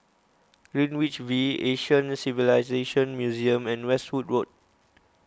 Greenwich V Asian Civilisations Museum and Westwood Road